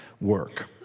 work